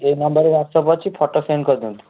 ଏଇ ନମ୍ବର୍ରେ ହ୍ୱାଟ୍ସଅପ୍ ଅଛି ଫଟୋ ସେଣ୍ଡ୍ କରି ଦିଅନ୍ତୁ